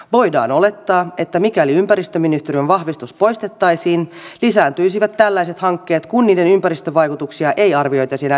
voidaan olettaa että mikäli ympäristöministeriön vahvistus poistettaisiin lisääntyisivät tällaiset hankkeet kun niiden ympäristövaikutuksia ei arvioitaisi enää ministeriössä